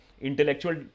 intellectual